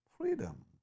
Freedom